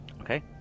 Okay